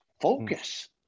focus